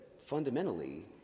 fundamentally